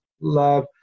love